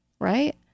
right